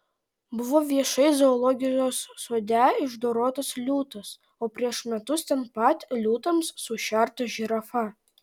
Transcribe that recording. buvo viešai zoologijos sode išdorotas liūtas o prieš metus ten pat liūtams sušerta žirafa